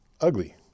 ugly